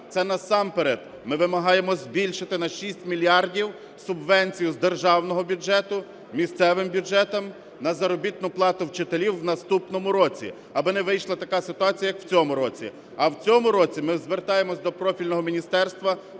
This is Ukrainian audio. Це насамперед ми вимагаємо збільшити на 6 мільярдів субвенцію з державного бюджету місцевим бюджетам на заробітну плату вчителів в наступному році, аби не вийшла така ситуація, як в цьому році. А в цьому році ми звертаємось до профільного міністерства